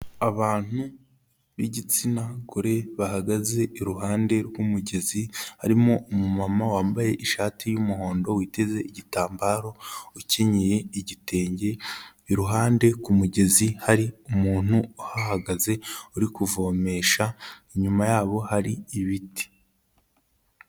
Abantu b'igitsina gore bahagaze iruhande rw'umugezi, harimo umumama wambaye ishati y'umuhondo witeze igitambaro, ukenyeye igitenge, iruhande ku mugezi hari umuntu uhahagaze uri kuvomesha, inyuma yabo hari ibiti.